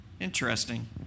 interesting